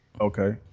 Okay